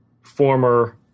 former